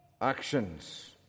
actions